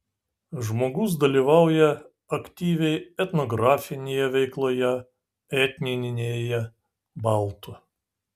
žmogus dalyvauja aktyviai etnografinėje veikloje etninėje baltų